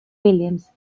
williams